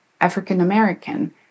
african-american